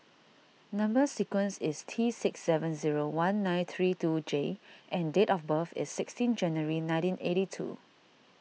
Number Sequence is T six seven zero one nine three two J and date of birth is sixteen January nineteen eighty two